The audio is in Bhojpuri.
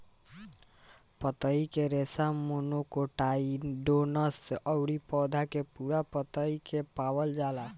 पतई के रेशा मोनोकोटाइलडोनस अउरी पौधा के पूरा पतई में पावल जाला